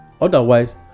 Otherwise